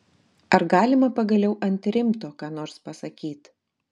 ar galima pagaliau ant rimto ką nors pasakyt